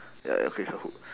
ya okay it's a hook